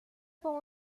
con